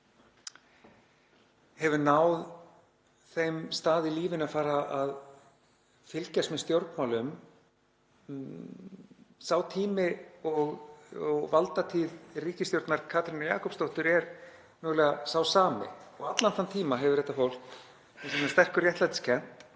hefur náð þeim stað í lífinu að fara að fylgjast með stjórnmálum. Sá tími og valdatíð ríkisstjórnar Katrínar Jakobsdóttur er mögulega sá sami. Allan þann tíma hefur þetta fólk, með sína sterku réttlætiskennd,